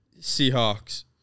Seahawks